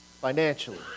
financially